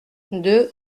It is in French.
deux